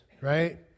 right